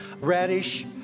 Radish